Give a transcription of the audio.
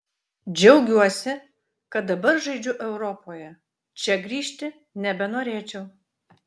džiaugiuosi kad dabar žaidžiu europoje čia grįžti nebenorėčiau